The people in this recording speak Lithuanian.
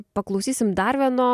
paklausysim dar vieno